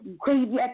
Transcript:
crazy